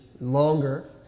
longer